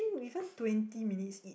I think even twenty minutes ish